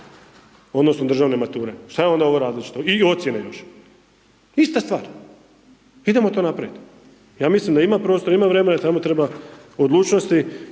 Odnosno državne mature, šta je onda ovo različito? I ocijene još. Ista stvar. Idemo to napravit. Ja mislim da ima prostora, ima vremena, samo treba odlučnosti